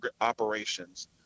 operations